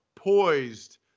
Poised